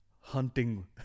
hunting